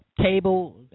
Table